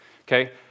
okay